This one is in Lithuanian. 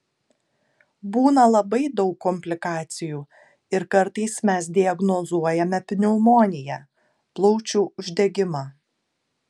būna labai daug komplikacijų ir kartais mes diagnozuojame pneumoniją plaučių uždegimą